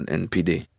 and and p. d.